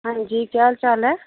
हां जी केह् हाल चाल ऐ